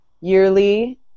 yearly